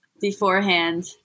beforehand